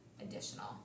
additional